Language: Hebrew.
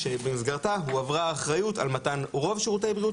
שבמסגרתה האחריות על מתן רוב שירותי בריאות